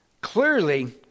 clearly